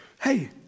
Hey